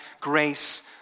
Grace